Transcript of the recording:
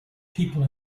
people